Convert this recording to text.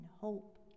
hope